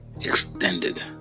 extended